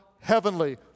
heavenly